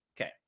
Okay